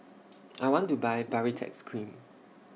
I want to Buy Baritex Cream